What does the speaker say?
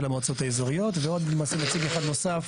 המועצות האזוריות ועוד נציג אחד נוסף,